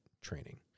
training